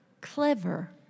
clever